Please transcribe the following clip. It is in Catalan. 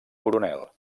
coronel